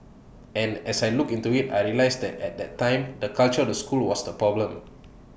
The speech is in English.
and as I looked into IT I realised that at that time the culture of the school was the problem